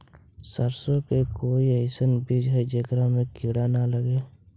सरसों के कोई एइसन बिज है जेकरा में किड़ा न लगे?